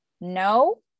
no